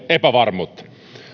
epävarmuutta